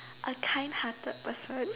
a kind hearted person